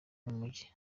umujyi